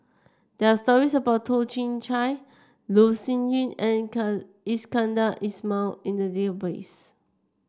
there're stories about Toh Chin Chye Loh Sin Yun and Iskandar Ismail in the database